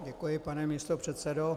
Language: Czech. Děkuji, pane místopředsedo.